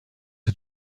had